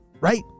right